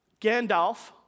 Gandalf